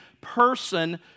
person